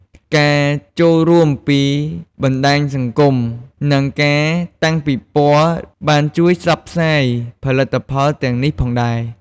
ការចូលរួមពីបណ្ដាញសង្គម និងការតាំងពិព័រណ៍បានជួយផ្សព្វផ្សាយផលិតផលទាំងនេះផងដែរ។